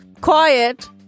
Quiet